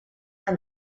amb